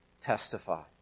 testify